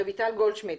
רויטל גולדשמיד,